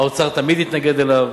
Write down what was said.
האוצר תמיד התנגד לו.